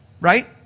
right